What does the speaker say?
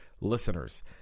listeners